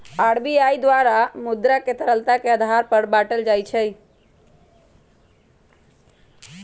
RBI द्वारा मुद्रा के तरलता के आधार पर बाटल जाइ छै